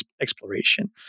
exploration